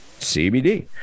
CBD